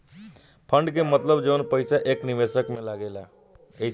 fund के मतलब जवन पईसा एक निवेशक में लागेला